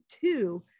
two